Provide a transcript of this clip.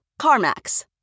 CarMax